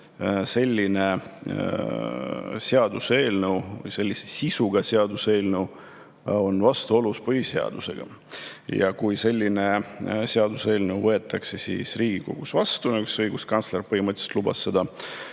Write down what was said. selline seaduseelnõu, sellise sisuga seaduseelnõu on vastuolus põhiseadusega. Kui selline seaduseelnõu võetakse Riigikogus vastu, siis õiguskantsler põhimõtteliselt lubas selle